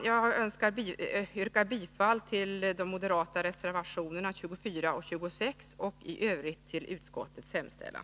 Jag yrkar bifall till de moderata reservationerna 24 och 26 och i övrigt till utskottets hemställan.